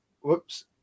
whoops